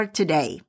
today